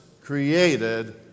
created